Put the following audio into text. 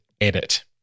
edit